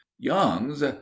Young's